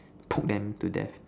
poke them to death